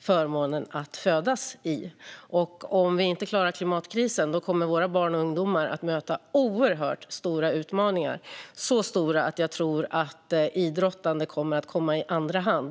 som vi föddes i. Om vi inte klarar klimatkrisen kommer våra barn och ungdomar att möta oerhört stora utmaningar, så stora att jag tror att idrottande kommer att komma i andra hand.